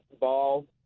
ball